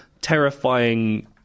terrifying